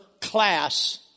class